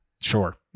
sure